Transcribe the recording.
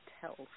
tells